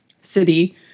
city